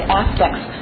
aspects